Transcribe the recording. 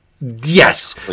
yes